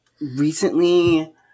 Recently